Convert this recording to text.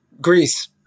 Greece